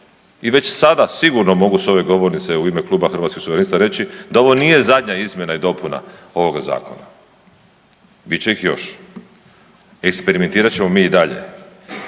I već sada sigurno mogu s ove govornice u ime Kluba Hrvatskih suverenista reći da ovo nije zadnja izmjena i dopuna ovoga zakona, bit će ih još, eksperimentirat ćemo mi i dalje.